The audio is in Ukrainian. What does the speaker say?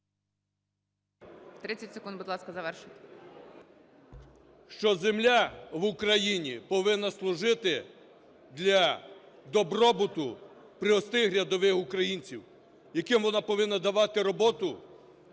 30 секунд, будь ласка, завершуйте.